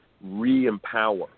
re-empower